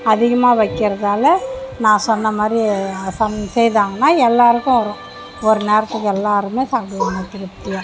அதிகமாக வைக்கிறதால் நான் சொன்ன மாதிரி செய்தாங்கன்னா எல்லாருக்கும் வரும் ஒரு நேரத்துக்கு எல்லாருமே சாப்பிடுவாங்க திருப்தியாக